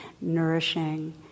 nourishing